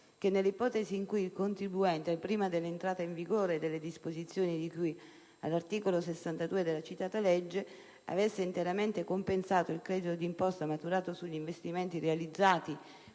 che nell'ipotesi in cui il contribuente, prima dell'entrata in vigore delle disposizioni di cui all'articolo 62 della citata legge, avesse interamente compensato il credito d'imposta maturato sugli investimenti realizzati